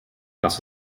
dass